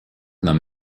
нам